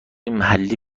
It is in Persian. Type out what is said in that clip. محلی